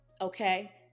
okay